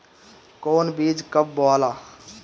कौन बीज कब बोआला?